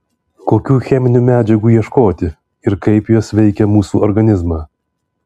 kokių cheminių medžiagų ieškoti ir kaip jos veikia mūsų organizmą